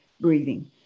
breathing